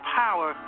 power